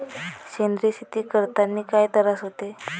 सेंद्रिय शेती करतांनी काय तरास होते?